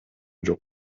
жок